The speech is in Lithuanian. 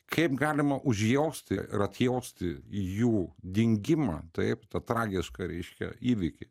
kaip galima užjausti ir atjausti jų dingimą taip tą tragišką reiškia įvykį